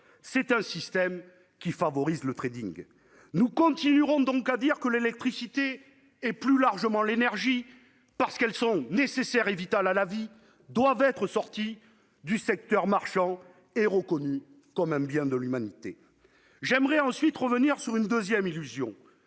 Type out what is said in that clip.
le système favorise le. Nous continuerons donc à dire que l'électricité, et plus largement l'énergie, parce qu'elles sont nécessaires à la vie, doivent être sorties du secteur marchand et reconnues comme un bien commun de l'humanité. J'aimerais ensuite revenir sur une deuxième illusion